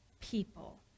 people